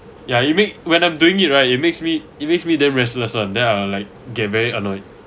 ya you make when I'm doing it right it makes me it makes me damn restless one then I will like get very annoyed